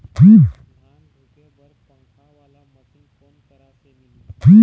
धान धुके बर पंखा वाला मशीन कोन करा से मिलही?